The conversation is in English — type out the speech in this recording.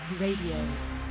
Radio